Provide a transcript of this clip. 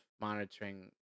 monitoring